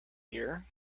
here